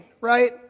right